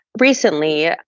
recently